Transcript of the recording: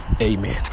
amen